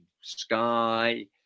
Sky